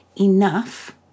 enough